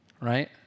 right